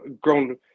grown